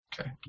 Okay